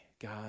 God